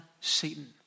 Satan